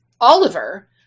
oliver